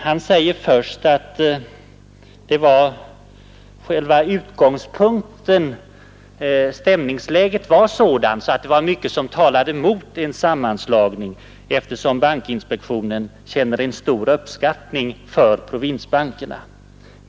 Han säger först att stämningsläget inledningsvis var sådant att mycket talade emot en sammanslagning, eftersom bankinspektionen känner en mycket stor uppskattning för provinsbankerna.